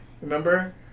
Remember